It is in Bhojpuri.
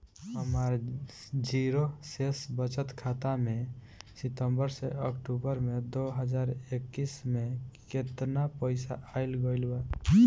हमार जीरो शेष बचत खाता में सितंबर से अक्तूबर में दो हज़ार इक्कीस में केतना पइसा आइल गइल बा?